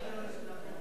בטח שביקשתי.